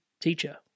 teacher